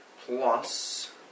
plus